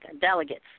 delegates